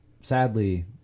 sadly